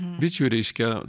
bičių reiškia